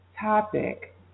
topic